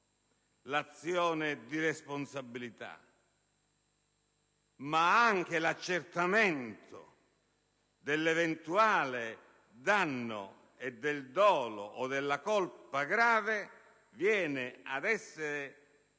l'azione di responsabilità, perché anche l'accertamento dell'eventuale danno per dolo o colpa grave viene reso